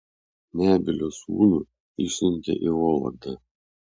nebylio sūnų išsiuntė į vologdą